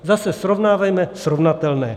Zase, srovnávejme srovnatelné.